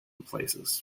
places